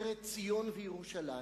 ארץ ציון וירושלים,